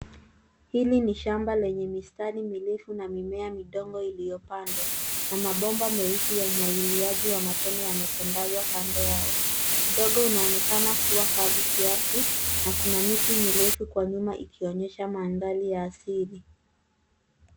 Hili ni shamba lenye mistari mirefu na mimea midogo iliyopandwa, na mabomba meusi ya umwagiliaji wa matone yametandazwa kando yao. Udongo unaonekana kuwa kavu kiasi na kuna miti mirefu kwa nyuma ikionyesha mandhari ya asili.